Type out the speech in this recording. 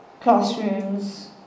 classrooms